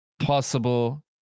Possible